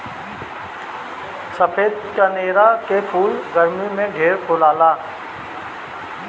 सफ़ेद कनेर के फूल गरमी में ढेर फुलाला